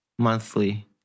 monthly